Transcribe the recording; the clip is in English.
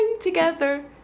together